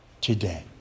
today